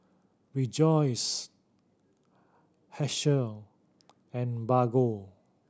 Rejoice Herschel and Bargo